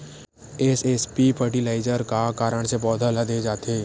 SSP fertiliser का कारण से पौधा ल दे जाथे?